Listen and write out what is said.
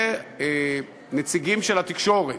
לנציגים של התקשורת,